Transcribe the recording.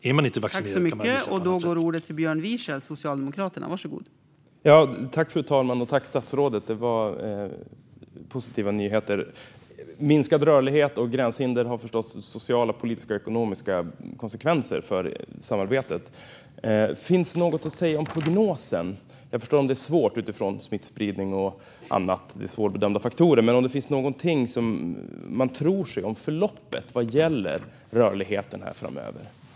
Är man inte vaccinerad kan man visa upp det här.